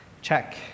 check